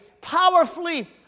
powerfully